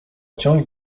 wciąż